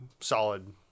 solid